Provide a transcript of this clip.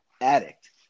addict